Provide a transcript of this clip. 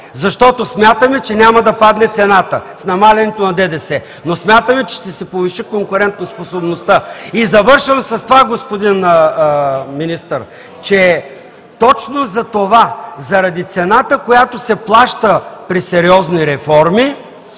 Защото смятаме, че няма да падне цената с намаляването на ДДС, но смятаме, че ще се повиши конкурентоспособността. И завършвам с това, господин Министър, че точно за това, заради цената, която се плаща при сериозни реформи